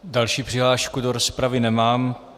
Další přihlášku do rozpravy nemám.